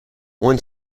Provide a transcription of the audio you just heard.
one